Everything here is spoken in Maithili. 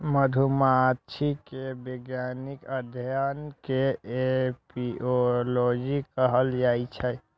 मधुमाछी के वैज्ञानिक अध्ययन कें एपिओलॉजी कहल जाइ छै